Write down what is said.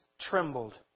trembled